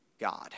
God